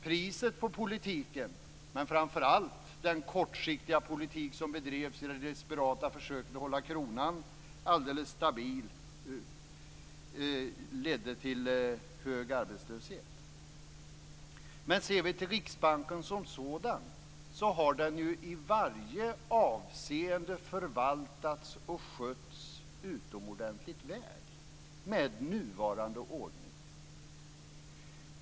Priset på politiken, framför allt den kortsiktiga politik som bedrevs i de desperata försöken att hålla kronan alldeles stabil, var hög arbetslöshet. Ser vi till Riksbanken som sådan har den i varje avseende förvaltats och skötts utomordentligt väl med nuvarande ordning.